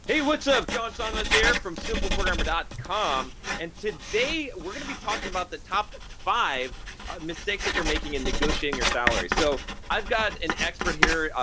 hey, what's up? jon sonmez here from simpleprogrammer dot com and today we're gonna be talking about the top five mistakes that you're making in negotiating your salary. so i've got an expert here,